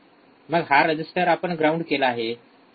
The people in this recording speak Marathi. मग हा रेझिस्टर आपण ग्राउंड केला आहे